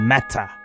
Matter